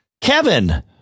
Kevin